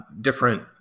different